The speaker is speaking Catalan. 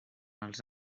els